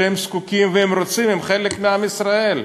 הם זקוקים, והם רוצים, הם חלק מעם ישראל.